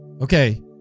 Okay